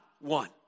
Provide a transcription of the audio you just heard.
one